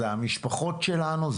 זה המשפחות שלנו,